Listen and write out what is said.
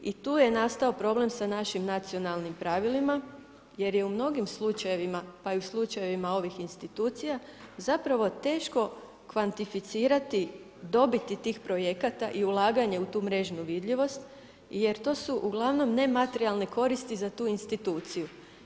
I tu je nastao problem sa našim nacionalnim pravilima jer je u mnogim slučajevima pa i u slučajevima ovih institucija zapravo teško kvantificirati dobiti tih projekata i ulaganja u tu mrežnu vidljivost jer to su uglavnom nematerijalne koristi za tu instituciju.